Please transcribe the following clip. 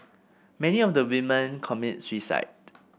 many of the women commit suicide